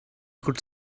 could